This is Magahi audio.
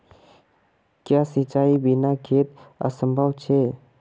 क्याँ सिंचाईर बिना खेत असंभव छै?